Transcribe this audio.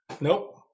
Nope